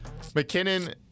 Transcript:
McKinnon